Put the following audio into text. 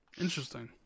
Interesting